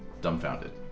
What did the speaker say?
dumbfounded